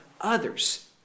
others